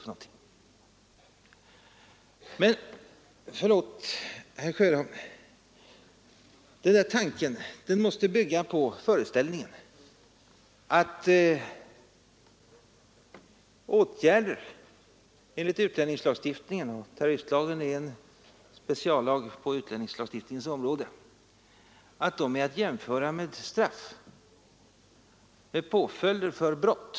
Men, förlåt herr Sjöholm, den där tanken måste bygga på föreställningen att åtgärder enligt utlänningslagen — och terroristlagen är en speciallag på utlänningslagstiftningens område — är att jämföra med straff, med påföljd för brott.